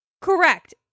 correct